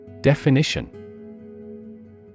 Definition